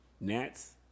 gnats